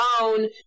own